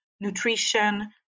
nutrition